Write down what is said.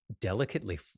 Delicately